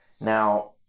Now